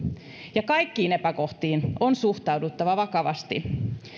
ja kaikkiin epäkohtiin on suhtauduttava vakavasti